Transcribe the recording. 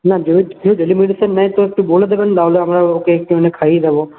না ও daily medicine নেয় তো একটু বলে দেবেন নাহলে আমরা ওকে একটুখানি খাইয়ে দেবো